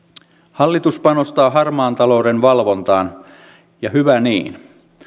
hallitus panostaa harmaan talouden valvontaan ja hyvä niin